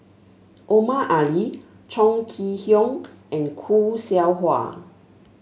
Omar Ali Chong Kee Hiong and Khoo Seow Hwa